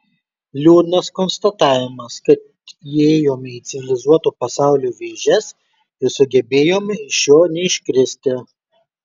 liūdnas konstatavimas kad įėjome į civilizuoto pasaulio vėžes ir sugebėjome iš jo neiškristi